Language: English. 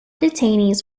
detainees